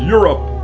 Europe